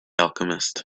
alchemist